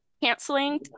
canceling